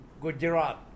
Gujarat